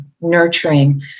nurturing